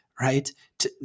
right